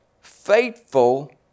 faithful